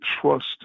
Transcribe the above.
trust